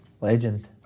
Legend